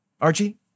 Archie